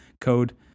code